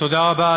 תודה רבה,